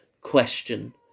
question